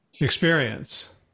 experience